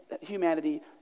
humanity